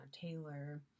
Taylor